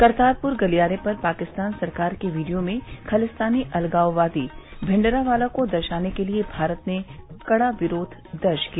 करतारपुर गलियारे पर पाकिस्तान सरकार के वीडियो में खालिस्तानी अलगाववादी भिंडरावाला को दर्शाने के लिये भारत ने कड़ा विरोध दर्ज किया